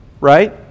Right